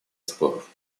споров